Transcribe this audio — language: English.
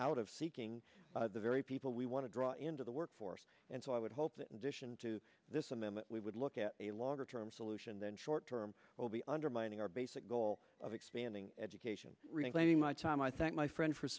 out of seeking the very people we want to draw into the workforce and so i would hope that in addition to this amendment we would look at a longer term solution then short term will be undermining our basic goal of expanding education reclaiming my time i thank my friend for